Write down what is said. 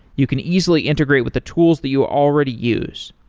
you can easily integrate with the tools that you already use.